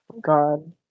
God